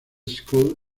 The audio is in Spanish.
school